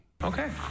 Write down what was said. Okay